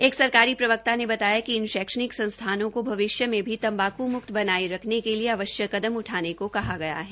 एक सरकारी प्रवक्ता ने बताया कि इसन शैक्षणिक संस्थानों को भविष्य में भी तम्बाकू मुक्त बनाये रखने के लिए आवश्यक कदम उठाने को कहा गया है